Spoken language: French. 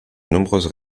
nombreuses